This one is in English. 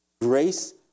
grace